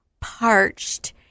parched